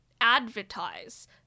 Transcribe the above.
advertise